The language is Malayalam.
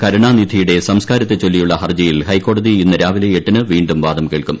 കരുണാനിധിയുടെ സംസ്കാരത്തെ ചൊല്ലിയുള്ള ഹർജിയിൽ ഹൈക്കോടതി ഇന്ന് രാവിലെ എട്ടിന് വീണ്ടും വാദം കേൾക്കും